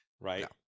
right